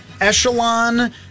echelon